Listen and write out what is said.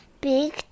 Big